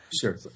sure